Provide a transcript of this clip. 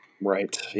Right